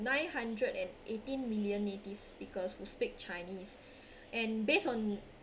nine hundred and eighteen million native speakers who speak chinese and based on